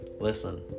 listen